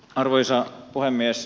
arvoisa puhemies